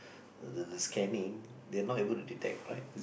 the scanning they are not able to detect right